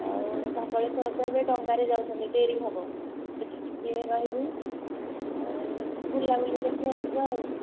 ଆଉ ଧବଳେଶ୍ୱର ତ ଏବେ ଡଙ୍ଗାରେ ଯାଉଛନ୍ତି ଡ଼େରି ହେବ ସେଠି ଟିକିଏ ରହିବୁ ଆଉ ଏମିତି ବୁଲାବୁଲି କରିକି ଆସିବା ଆଉ